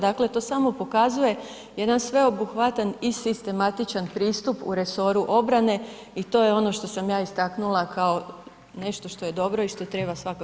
Dakle, to samo pokazuje jedan sveobuhvatan i sistematičan pristup u resoru obrane i to je ono što sam ja istaknula kao nešto što je dobro i što treba svakako pohvaliti.